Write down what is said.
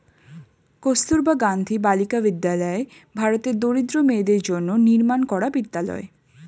কস্তুরবা গান্ধী বালিকা বিদ্যালয় ভারতের দরিদ্র মেয়েদের জন্য নির্মাণ করা বিদ্যালয়